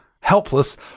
Helpless